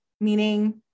meaning